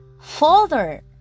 Folder